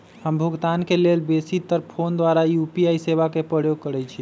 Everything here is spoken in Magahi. हम भुगतान के लेल बेशी तर् फोन द्वारा यू.पी.आई सेवा के प्रयोग करैछि